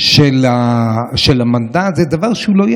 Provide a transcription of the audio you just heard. זו הודעה